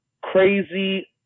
crazy